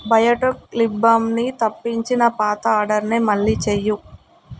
Biotique lip బామ్ని తప్పించి నా పాత ఆర్డర్ని మళ్ళీ చెయ్యి